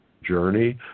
journey